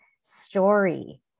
story